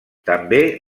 també